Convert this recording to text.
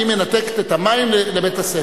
והיא מנתקת את המים לבית-הספר.